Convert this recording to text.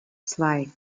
zwei